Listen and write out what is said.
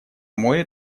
море